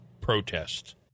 protest